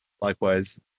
Likewise